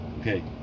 okay